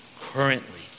currently